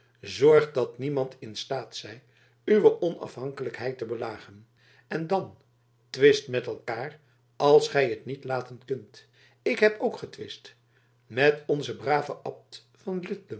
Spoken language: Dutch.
zorgt dat niemand in staat zij uwe onafhankelijkheid te belagen en dan twist met elkaar als gij het niet laten kunt ik heb ook getwist met onzen braven abt van